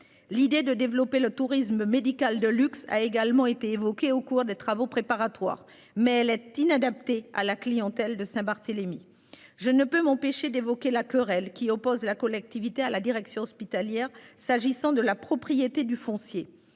L'idée de développer le tourisme médical de luxe a également été évoquée au cours des travaux préparatoires, mais elle est inadaptée à la clientèle de Saint-Barthélemy. Je ne peux m'empêcher d'évoquer la querelle qui oppose la collectivité à la direction hospitalière s'agissant de la propriété du foncier.